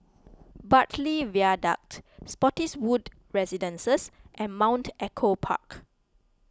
Bartley Viaduct Spottiswoode Residences and Mount Echo Park